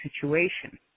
situation